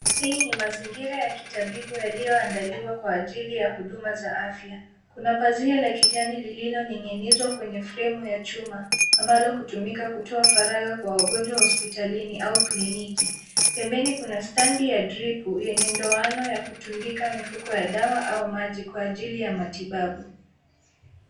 Hii ni mazingira ya kitabibu yaliyoandaliwa kwa ajili ya huduma za afya. Kuna pazia la kijani lililoning'inizwa kwenye fremu ya chuma ambalo hutumika kutoa faragha kwa wagonjwa hospitalini au kliniki. Pembeni kuna stendi ya dripu yenye ndoano ya kutundika mifuko ya dawa au maji kwa ajili ya matibabu.